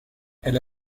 elle